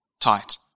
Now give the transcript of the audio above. Tight